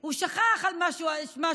הוא שכח את מה שהוא עשה.